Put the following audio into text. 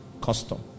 custom